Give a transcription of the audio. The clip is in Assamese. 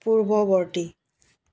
পূৰ্ৱবৰ্তী